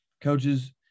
Coaches